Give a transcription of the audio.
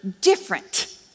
different